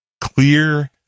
clear